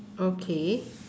okay